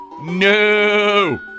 No